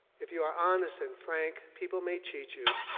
if you are honest and frank, people may cheat you.